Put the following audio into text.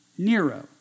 Nero